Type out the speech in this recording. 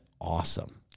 awesome